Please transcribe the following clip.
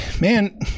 man